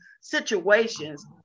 situations